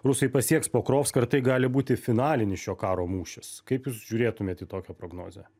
rusai pasieks pokrovką ir tai gali būti finalinis šio karo mūšis kaip jūs žiūrėtumėte į tokią prognozę